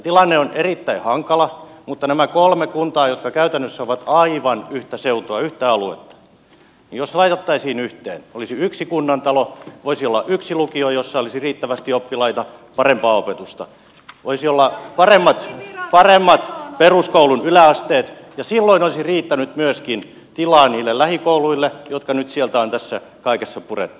tilanne on erittäin hankala mutta jos nämä kolme kuntaa jotka käytännössä ovat aivan yhtä seutua yhtä aluetta laitettaisiin yhteen olisi yksi kunnantalo voisi olla yksi lukio jossa olisi riittävästi oppilaita parempaa opetusta voisi olla paremmat peruskoulun yläasteet ja silloin olisi riittänyt myöskin tilaa niille lähikouluille jotka nyt sieltä on tässä kaikessa purettu